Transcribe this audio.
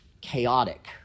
chaotic